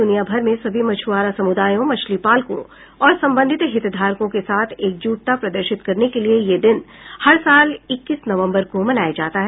दुनिया भर में सभी मछुआरा समुदायों मछली पालकों और संबंधित हितधारकों के साथ एकजुटता प्रदर्शित करने के लिए यह दिन हर साल इक्कीस नवंबर को मनाया जाता है